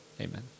Amen